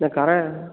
இல்லை கரெண்